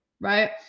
right